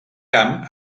camp